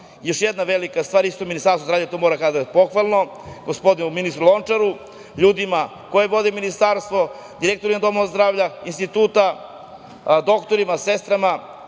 jedna velika stvar, isto Ministarstvu zdravlja, to moram da kažem, velike pohvale i gospodinu ministru Lončaru, ljudima koji vode Ministarstvu, direktorima domova zdravlja, instituta, doktorima, sestrama,